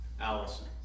Allison